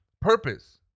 purpose